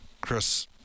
Chris